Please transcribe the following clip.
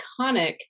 iconic